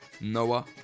Noah